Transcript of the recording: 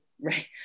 right